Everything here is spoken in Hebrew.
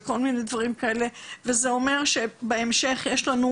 וזה אומר שבהמשך יש לנו